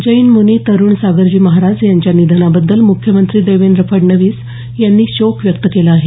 जैन म्नी तरुण सागरजी महाराज यांच्या निधनाबद्दल म्ख्यमंत्री देवेंद्र फडणवीस यांनी शोक व्यक्त केला आहे